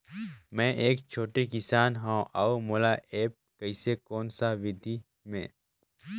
मै एक छोटे किसान हव अउ मोला एप्प कइसे कोन सा विधी मे?